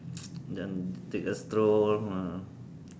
then take a stroll ah